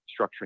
structuring